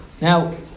Now